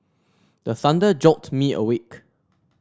the thunder jolt me awake